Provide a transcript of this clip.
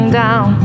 down